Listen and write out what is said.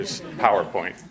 PowerPoint